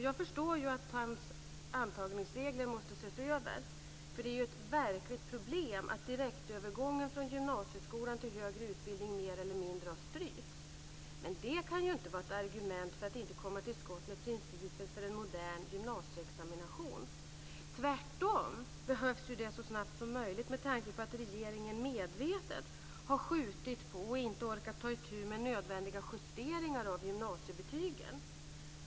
Jag förstår att dagens antagningsregler måste ses över. Det är ett verkligt problem att direktövergången från gymnasieskolan till högre utbildning mer eller mindre har strypts. Det kan inte vara ett argument för att inte komma till skott med principer för modern gymnasieexamination. Tvärtom behövs detta så snabbt som möjligt, med tanke på att regeringen medvetet har skjutit på och inte har orkat tag itu med nödvändiga justeringar av gymnasiebetygen.